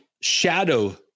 Shadow